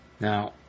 Now